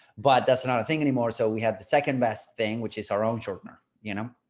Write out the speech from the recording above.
but that's not a thing anymore. so we have the second best thing, which is our own shortener, you know,